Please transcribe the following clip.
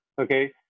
okay